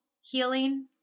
healing